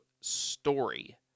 Story